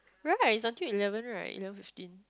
right it's until eleven right eleven fifteen